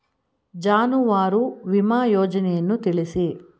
ಜಾನುವಾರು ವಿಮಾ ಯೋಜನೆಯನ್ನು ತಿಳಿಸಿ?